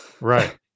Right